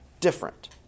Different